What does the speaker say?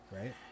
Right